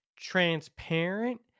transparent